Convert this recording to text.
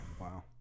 Wow